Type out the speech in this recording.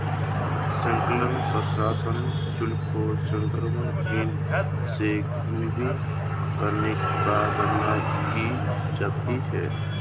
सकल प्रसंस्करण शुल्क को सकल बिक्री से विभाजित करके गणना की जाती है